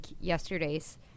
yesterday's